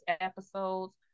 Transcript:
episodes